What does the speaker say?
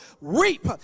reap